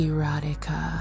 Erotica